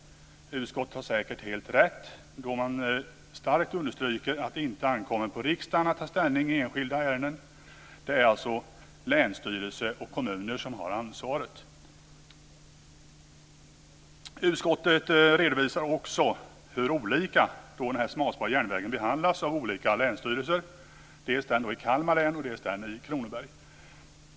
Utskottet har säkert helt rätt då det starkt understryker att det inte ankommer på riksdagen att ta ställning i enskilda ärenden. Det är alltså länsstyrelse och kommuner som har ansvaret. Utskottet redovisar också hur olika den smalspåriga järnvägen behandlats av olika länsstyrelser - dels den i Kalmar län, dels den i Kronoberg.